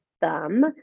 thumb